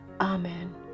Amen